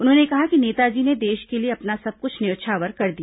उन्होंने कहा कि नेताजी ने देश के लिए अपना सब कुछ न्यौछावर कर दिया